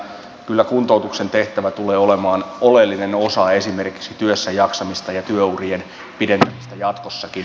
kyllä kuntoutuksen tehtävä tulee olemaan oleellinen osa esimerkiksi työssäjaksamista ja työurien pidentämistä jatkossakin